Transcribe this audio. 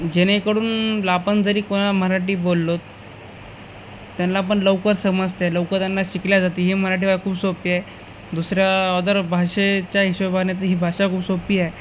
जेणेकडून आपण जरी कोणा मराठी बोललो त्यांना पण लवकर समजते लवकर त्यांना शिकली जाते ही मराठी भा खूप सोपी आहे दुसऱ्या अदर भाषेच्या हिशोबाने तर ही भाषा खूप सोपी आहे